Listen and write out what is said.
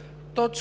на Народното